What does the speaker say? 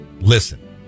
Listen